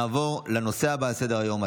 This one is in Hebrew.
נעבור לנושא הבא על סדר-היום,